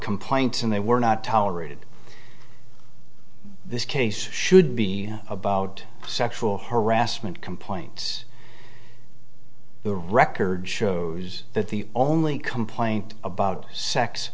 complaints and they were not tolerated this case should be about sexual harassment complaints the record shows that the only complaint about sex